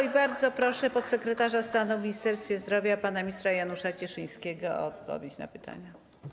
I bardzo proszę podsekretarza stanu w Ministerstwie Zdrowia pana ministra Janusza Cieszyńskiego o odpowiedź na pytania.